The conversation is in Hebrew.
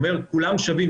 הוא אומר: כולם שווים.